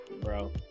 bro